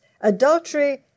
adultery